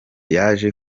yaje